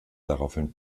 daraufhin